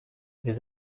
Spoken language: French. les